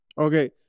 Okay